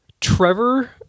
Trevor